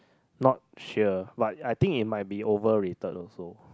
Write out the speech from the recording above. not sure but I think it might be overrated also